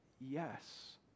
Yes